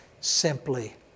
Simply